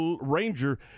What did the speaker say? Ranger